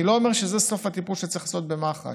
אני לא אומר שזה סוף הטיפול שצריך לעשות במח"ש.